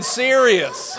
serious